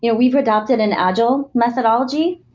yeah we've adapted an agile methodology.